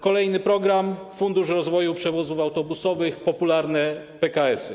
Kolejny program - Fundusz Rozwoju Przewozów Autobusowych, popularne PKS-y.